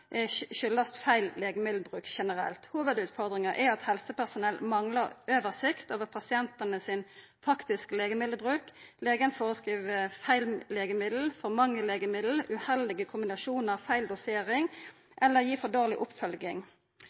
feil legemiddelbruk generelt. Hovudutfordringa er at helsepersonell manglar oversikt over pasientane sin faktiske legemiddelbruk. Legen føreskriv feil legemiddel, for mange legemiddel, uheldige kombinasjonar, feil dosering, eller han gir for dårleg oppfølging.